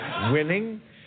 winning